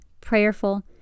prayerful